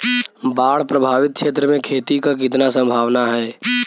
बाढ़ प्रभावित क्षेत्र में खेती क कितना सम्भावना हैं?